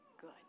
good